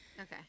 Okay